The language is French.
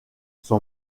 son